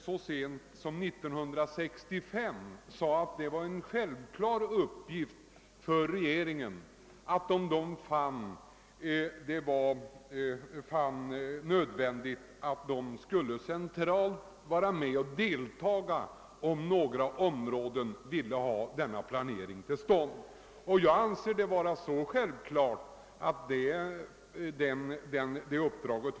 Så sent som 1965 sade vi nämligen, som jag redan påpekat i debatten, att det var en självklar uppgift för regeringen att centralt medverka, om några områden i landet ville ha en planering till stånd. Jag anser det vara självklart att Kungl. Maj:t har det uppdraget.